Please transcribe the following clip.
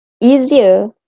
easier